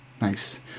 Nice